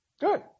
Good